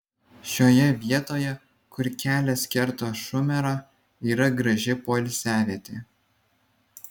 šioje vietoje kur kelias kerta šumerą yra graži poilsiavietė